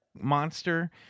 monster